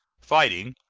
fighting,